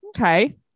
okay